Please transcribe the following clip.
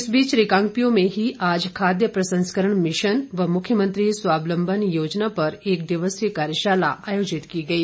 इस बीच रिकांगपिओ में ही आज खाद्य प्रसंस्करण मिशन व मुख्यमंत्री स्वावलम्बन योजना पर एक दिवसीय कार्यशाला आयोजित की गई